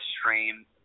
stream